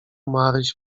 maryś